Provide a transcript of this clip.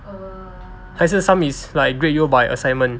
还是 some is like grade you by assignment